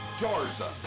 Garza